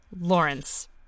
Lawrence